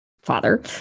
father